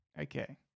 Okay